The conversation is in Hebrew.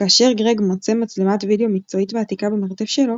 כאשר גרג מוצא מצלמת וידאו מקצועית ועתיקה במרתף שלו,